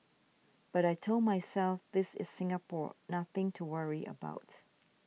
but I told myself this is Singapore nothing to worry about